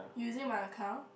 using my account